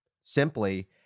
Simply